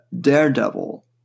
Daredevil